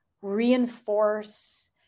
reinforce